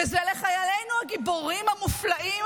וזה לחיילינו הגיבורים המופלאים,